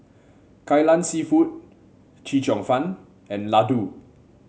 Kai Lan seafood Chee Cheong Fun and laddu